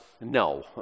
No